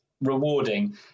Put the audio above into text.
rewarding